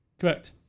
Correct